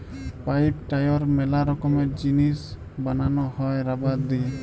pipe, tyre ম্যালা রকমের জিনিস বানানো হ্যয় রাবার দিয়ে